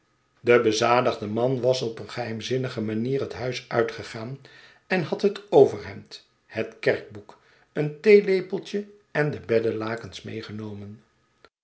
de bezadigde man was op een geheimzinnige manier het huis uitgegaan en had het overhemd het kerkboek een theelepeltje en de beddelakens medegenomen